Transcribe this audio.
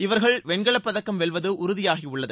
இவர்கள் வெண்கலப் பதக்கம் வெல்வது உறுதியாகியுள்ளது